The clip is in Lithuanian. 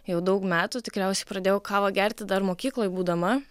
jau daug metų tikriausiai pradėjau kavą gerti dar mokykloj būdama